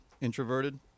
introverted